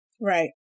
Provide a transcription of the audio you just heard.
Right